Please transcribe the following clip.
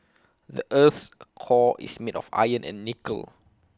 the Earth's core is made of iron and nickel